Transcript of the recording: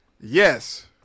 Yes